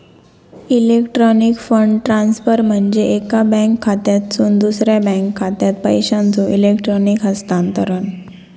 electronic fund transfer म्हणजे एका bank खात्यातसून दुसरा बँक खात्यात पैशांचो इलेक्ट्रॉनिक हस्तांतरण